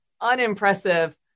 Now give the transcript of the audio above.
unimpressive